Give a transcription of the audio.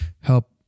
help